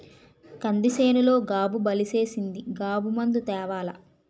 కంది సేనులో గాబు బలిసీసింది గాబు మందు తేవాల